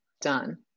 Done